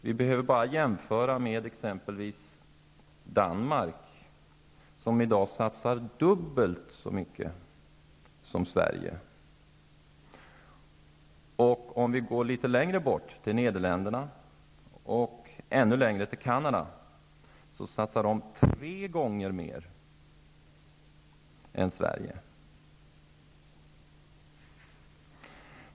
Vi behöver bara jämföra med exempelvis Danmark, som i dag satsar dubbelt så mycket som Sverige. Litet längre bort, i Nederländerna, och ännu längre bort, i Canada, satsas tre gånger mer än i Sverige.